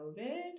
COVID